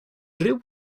ryw